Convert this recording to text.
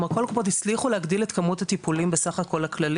כלומר כל הקופות הצליחו להגדיל את כמות הטיפולים טיפולים בסך הכללי.